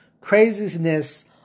craziness